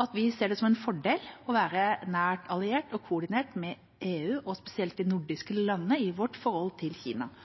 at vi ser det som en fordel å være nær alliert og koordinert med EU, og spesielt de nordiske landene, når det gjelder vårt forhold til Kina. Med tanke